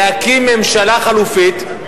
להקים ממשלה חלופית,